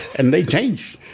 and they change.